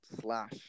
slash